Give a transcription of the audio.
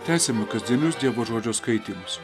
tęsiame kasdienius dievo žodžio skaitymus